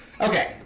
Okay